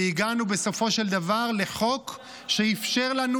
והגענו בסופו של דבר לחוק שאפשר לנו